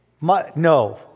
No